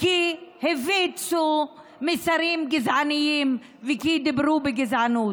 כי הפיצו מסרים גזעניים וכי דיברו בגזענות.